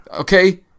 Okay